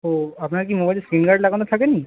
ও আপনার কি মোবাইলে স্ক্রিন গার্ড লাগানো থাকে নি